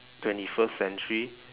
twenty first century